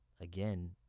again